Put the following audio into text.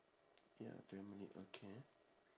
ya family okay